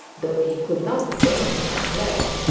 though he could not plainly declare,